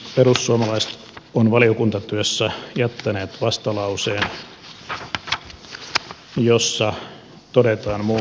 perussuomalaiset ovat valiokuntatyössä jättäneet vastalauseen jossa todetaan muun muassa